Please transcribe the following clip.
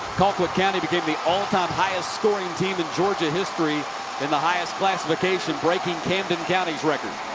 colquitt county became the all-time highest scoring team in georgia history in the highest classification. breaking camden county's record.